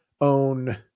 own